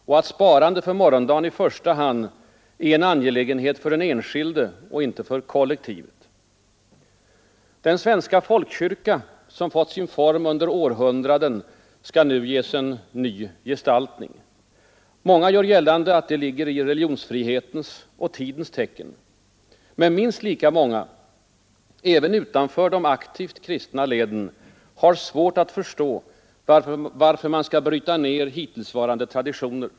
Och att sparandet för morgondagen i första hand är en angelägenhet för den enskilde och inte för kollektivet. Den svenska folkkyrkan, som fått sin form under århundraden, skall nu ges en ny gestaltning. Många gör gällande att det ligger i religionsfrihetens och tidens tecken. Men minst lika många — även utanför de aktivt kristna leden — har svårt att förstå varför man skall bryta ned hittillsvarande traditioner.